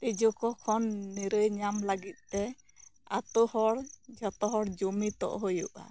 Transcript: ᱛᱤᱡᱩ ᱠᱚ ᱠᱷᱚᱱ ᱱᱤᱨᱟᱹᱭ ᱧᱟᱢ ᱞᱟᱹᱜᱤᱫ ᱛᱮ ᱟᱛᱳ ᱦᱚᱲ ᱡᱚᱛᱚ ᱦᱚᱲ ᱡᱩᱢᱤᱫᱚᱜ ᱦᱩᱭᱩᱜᱼᱟ